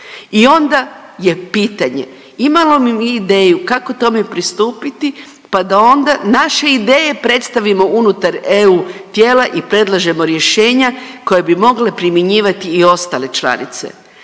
i onda je pitanje, imamo li mi ideju kako tome pristupiti, pa da onda naše ideje predstavimo unutar EU tijela i predlažemo rješenja koja bi mogle primjenjivati i ostale članice.